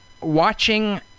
watching